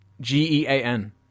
G-E-A-N